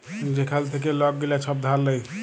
যেখাল থ্যাইকে লক গিলা ছব ধার লেয়